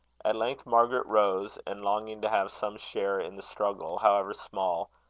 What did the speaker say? at length margaret rose, and longing to have some share in the struggle, however small,